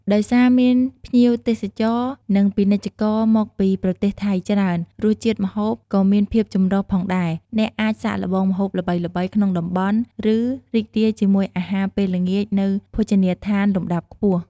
ដោយសារមានភ្ញៀវទេសចរ និងពាណិជ្ជករមកពីប្រទេសថៃច្រើន រសជាតិម្ហូបក៏មានភាពចម្រុះផងដែរ អ្នកអាចសាកល្បងម្ហូបល្បីៗក្នុងតំបន់ ឬរីករាយជាមួយអាហារពេលល្ងាចនៅភោជនីយដ្ឋានលំដាប់ខ្ពស់។